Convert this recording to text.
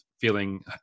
feeling